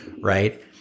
Right